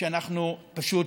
שאנחנו פשוט